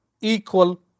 equal